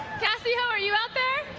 ah are you out there?